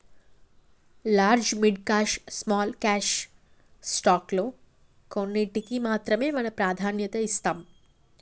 large mid cap small cap stock లో కొన్నింటికీ మాత్రమే మనం ప్రాధాన్యత ఇస్తాం